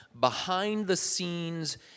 behind-the-scenes